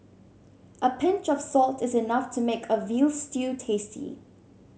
a pinch of salt is enough to make a veal stew tasty